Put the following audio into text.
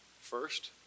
First